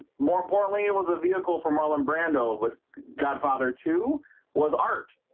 more imporantly it was a vehicle for marlon brando, but godfather two was art